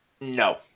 No